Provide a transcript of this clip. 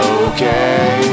okay